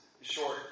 short